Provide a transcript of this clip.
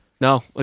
no